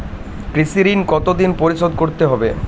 কৃষি ঋণ কতোদিনে পরিশোধ করতে হবে?